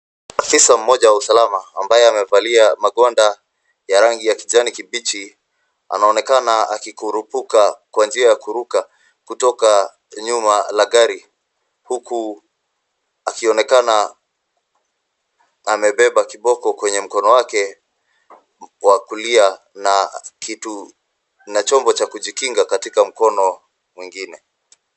Afisa moja wa usalama ambaye amevalia magwanda ya rangi ya kijani kibichi anaonekana akikurupuka kwa njia ya kuruka kutoka nyuma la gari huku akionekana amebeba kiboko kwenye mkono wake wa kulia na chombo cha kujikinga katika mkono mwingine.